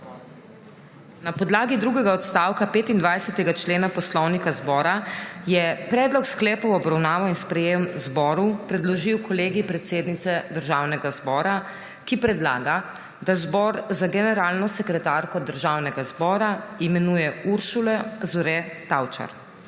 Na podlagi drugega odstavka 25. člena Poslovnika Državnega zbora je predlog sklepa v obravnavo in sprejetje zboru predložil Kolegij predsednice Državnega zbora, ki predlaga, da zbor za generalno sekretarko Državnega zbora imenuje Uršulo Zore Tavčar.